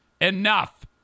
Enough